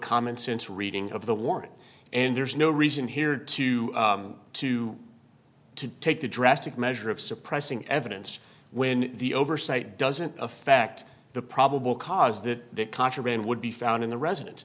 common sense reading of the warning and there's no reason here to to to take the drastic measure of suppressing evidence when the oversight doesn't affect the probable cause that contraband would be found in the residen